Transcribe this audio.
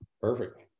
Perfect